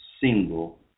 single